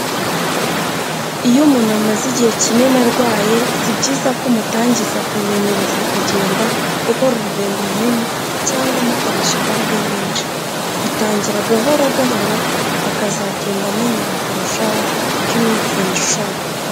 Iyo umuntu amaze igihe kinini arwaye, si byiza ko umutangiza kumumenyereza kugenda, gukora urugendo runini cyangwa umukoresha imbaraga nyinshi, bitangira gahoro gahoro akazagenda amenyera kurushaho uko iminsi yicuma.